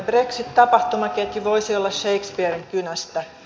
brexit tapahtumaketju voisi olla shakespearen kynästä